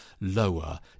lower